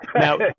now